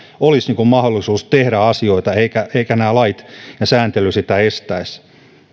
olisi mahdollisuus tehdä asioita eivätkä eivätkä nämä lait ja sääntely sitä estäisi